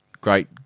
great